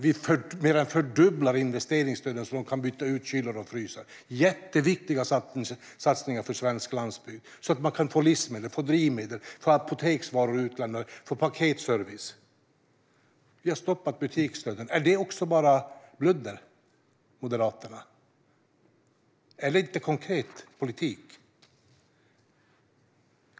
Vi mer än fördubblar investeringsstöden så att de kan byta ut kylar och frysar. Det är jätteviktiga satsningar för svensk landsbygd, så att man kan få livsmedel, drivmedel, apoteksvaror utlämnade och paketservice. Vi har stoppat butiksdöden. Är det också bara bludder, Moderaterna? Är det inte konkret politik?